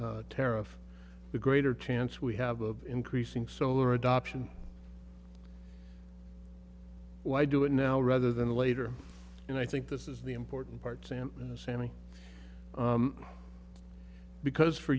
tariff the greater chance we have of increasing solar adoption why do it now rather than later and i think this is the important part sam sammy because for